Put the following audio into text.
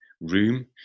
room